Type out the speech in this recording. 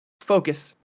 focus